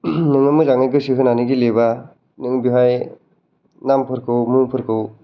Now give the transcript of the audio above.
नोङो मोजाङै गोसो होनानै गेलेयोबा नों बेवहाय नामफोरखौ मुंफोरखौ